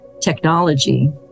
technology